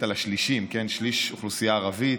על השלישים: שליש אוכלוסייה ערבית,